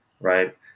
right